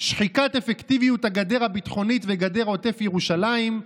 שחיקת אפקטיביות הגדר הביטחונית וגדר עוטף ירושלים,